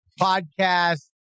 podcast